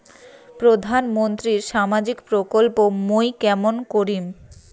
প্রধান মন্ত্রীর সামাজিক প্রকল্প মুই কেমন করিম?